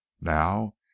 Now